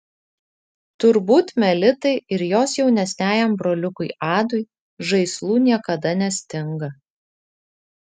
turbūt melitai ir jos jaunesniajam broliukui adui žaislų niekada nestinga